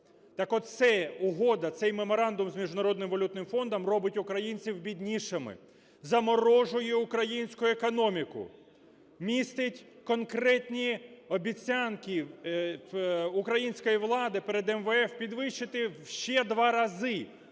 Так оця угода, цей меморандум з Міжнародним валютним фондом робить українців біднішими, заморожує українську економіку, містить конкретні обіцянки української влади перед МВФ підвищити ще в 2 рази,